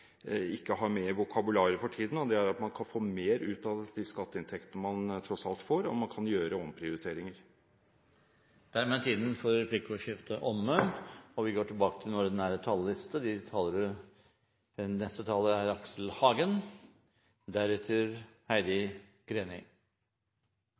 ikke har med i vokabularet for tiden, og det er at man kan få mer ut av de skatteinntektene man tross alt får, dersom man kan gjøre omprioriteringer. Replikkordskiftet er omme. Dette er en innstilling som temamessig favner bredt. Det er noe som bekrefter hvor viktig kommuner og fylkeskommuner er i den norske velferdsstaten – særlig når de